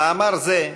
במאמר זה,